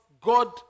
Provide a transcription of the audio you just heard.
God